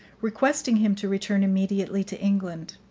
requesting him to return immediately to england